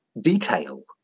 detail